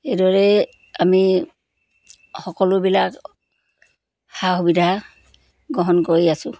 এইদৰেই আমি সকলোবিলাক সা সুবিধা গ্ৰহণ কৰি আছোঁ